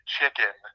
Chicken